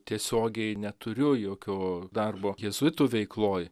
tiesiogiai neturiu jokio darbo jėzuitų veikloj